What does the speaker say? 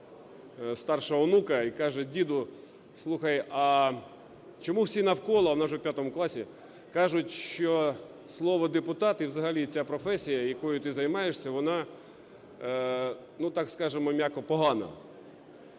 днях мене старша онука і каже: "Діду, слухай, а чому всі навколо (вона вже у 5 класі) кажуть, що слово "депутати" і взагалі ця професія, якою ти займаєшся, вона, ну так скажемо м'яко, погана?"